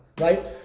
right